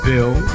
Bill